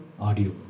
Audio